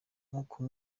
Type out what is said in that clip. nkuko